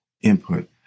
input